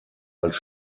als